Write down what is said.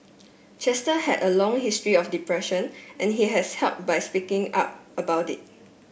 Chester had a long history of depression and he has help by speaking up about it